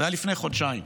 זה היה לפני חודשיים.